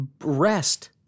rest